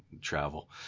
travel